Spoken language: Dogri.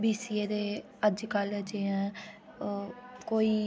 बीसीए दे अज्जकल जि'यां कोई